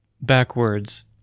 backwards